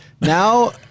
now